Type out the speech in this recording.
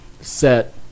set